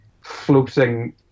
floating